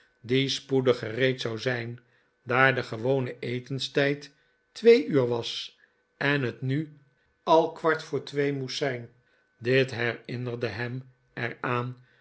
die spoedig gereed zou zijn daar de gewone etenstijd twee uur was en het nu al kwart voor tweeen moest zijn dit herinnerde hem er